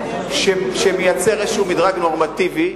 שמייצר איזה מדרג נורמטיבי,